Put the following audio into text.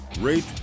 rate